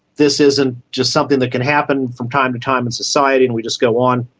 this isn't just something that can happen from time to time in society and we just go on,